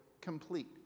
complete